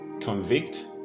convict